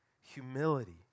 humility